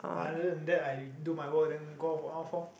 other than that I do my work then go out on off lor